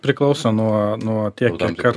priklauso nuo nuo tiek kiek kar